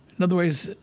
in other words,